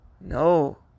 No